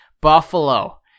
Buffalo